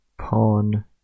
pawn